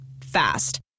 Fast